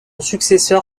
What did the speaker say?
successeur